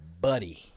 buddy